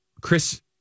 Chris